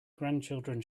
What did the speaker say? grandchildren